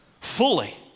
Fully